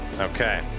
Okay